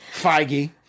Feige